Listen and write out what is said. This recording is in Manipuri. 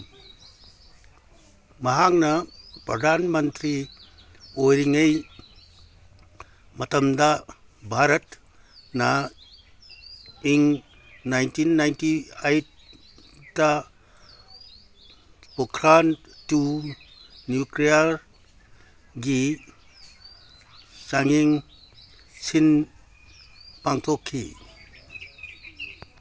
ꯃꯍꯥꯛꯅ ꯄ꯭ꯔꯙꯥꯟ ꯃꯟꯇ꯭ꯔꯤ ꯑꯣꯏꯔꯤꯉꯩ ꯃꯇꯝꯗ ꯚꯥꯔꯠꯅ ꯏꯪ ꯅꯥꯏꯟꯇꯤꯟ ꯅꯥꯏꯟꯇꯤ ꯑꯩꯠꯇ ꯕꯨꯈ꯭ꯔꯥꯟ ꯇꯨ ꯅ꯭ꯌꯨꯀ꯭ꯂꯤꯌꯥꯔꯒꯤ ꯆꯥꯡꯌꯦꯡꯁꯤꯡ ꯄꯥꯡꯊꯣꯛꯈꯤ